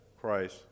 Christ